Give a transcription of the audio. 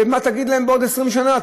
ומה תגיד להם בעוד 20 שנה?